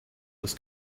this